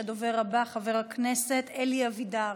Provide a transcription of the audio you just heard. הדובר הבא, חבר הכנסת אלי אבידר.